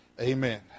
Amen